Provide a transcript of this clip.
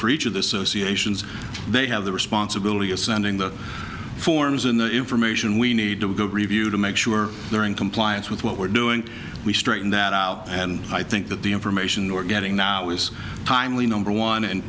for each of this o c a sions they have the responsibility of sending the forms in the information we need to review to make sure they're in compliance with what we're doing we straightened that out and i think that the information or getting now is timely number one